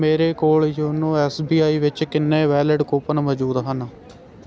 ਮੇਰੇ ਕੋਲ YONO SBI ਵਿੱਚ ਕਿੰਨੇ ਵੈਲੀਡ ਕੂਪਨ ਮੌਜੂਦ ਹਨ